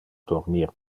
dormir